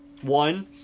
one